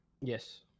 Yes